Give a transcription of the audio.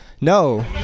no